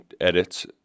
edits